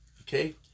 Okay